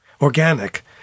organic